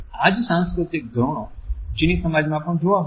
આ જ સાંસ્કૃતિક ધોરણો ચીની સમાજમાં પણ જોવા મળે છે